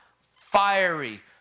fiery